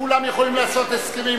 כולם יכולים לעשות הסכמים,